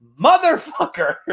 motherfucker